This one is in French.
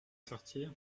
sortir